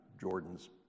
Jordan's